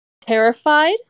terrified